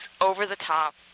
over-the-top